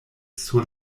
sur